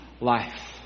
life